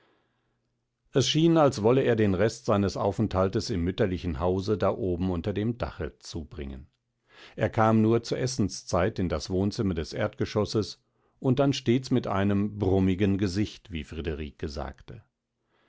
es schien als wolle er den rest seines aufenthaltes im mütterlichen hause da oben unter dem dache zubringen er kam nur zur essenszeit in das wohnzimmer des erdgeschosses und dann stets mit einem brummigen gesicht wie friederike sagte